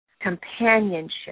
companionship